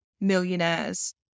millionaires